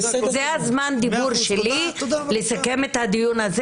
יש לנו מחלוקת, אתה אמרת, מחלוקת פרשנית.